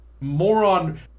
moron